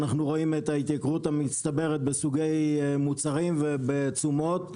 אנחנו רואים את ההתייקרות המצטברת בסוגי מוצרים ובתשומות.